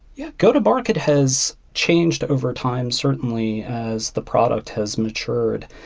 yeah. go-to-market has changed over time certainly as the product has matured.